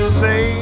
say